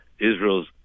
Israel's